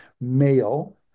male